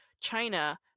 China